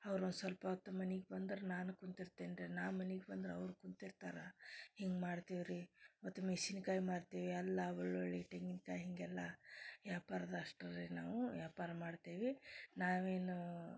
ಅವ್ರು ಒಂದು ಸ್ವಲ್ಪ ಹೊತ್ತು ಮನಿಗೆ ಬಂದ್ರೆ ನಾನು ಕುಂತಿರ್ತೇನೆ ರೀ ನಾ ಮನಿಗೆ ಬಂದ್ರೆ ಅವರು ಕುಂತಿರ್ತಾರೆ ಹಿಂಗೆ ಮಾಡ್ತೇವೆ ರೀ ಮತ್ತು ಮೆಣ್ಶಿನ್ಕಾಯಿ ಮಾರ್ತೀವಿ ಎಲ್ಲ ಬೆಳ್ಳುಳ್ಳಿ ತೆಂಗಿನ್ಕಾಯ್ ಹೀಗೆಲ್ಲ ವ್ಯಾಪಾರ್ದ ಅಷ್ಟ್ರೀ ನಾವು ವ್ಯಾಪಾರ ಮಾಡ್ತೇವೆ ನಾವೇನು